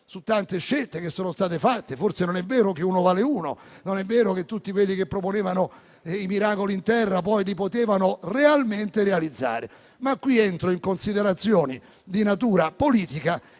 su tante scelte che sono state fatte: forse non è vero che uno vale uno, non è vero che tutti quelli che proponevano i miracoli in terra poi li potevano realmente realizzare. Qui entrerei però in considerazioni di natura politica,